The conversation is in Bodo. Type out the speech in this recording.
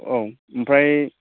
औ ओमफ्राय